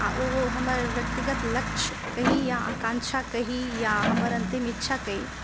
आ ओ हमर व्यक्तिगत लक्ष्य कही या आकांक्षा कही या हमर अंतिम इच्छा कही